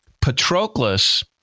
Patroclus